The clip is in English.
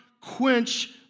quench